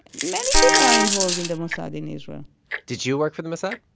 many people are involved in the mossad in israel did you work for the mossad?